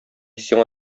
сиңа